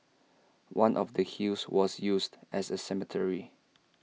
one of the hills was used as A cemetery